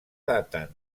daten